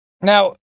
Now